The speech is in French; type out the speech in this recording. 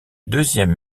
deuxième